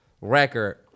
record